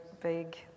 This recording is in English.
big